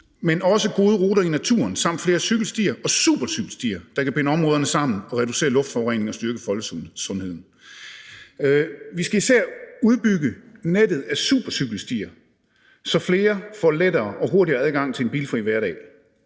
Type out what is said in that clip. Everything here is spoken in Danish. men også gode ruter i naturen samt flere cykelstier og supercykelstier, der kan binde områderne sammen og reducere luftforureningen og styrke folkesundheden. Vi skal især udbygge nettet af supercykelstier, så flere får lettere og hurtigere adgang til en bilfri hverdag.